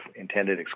intended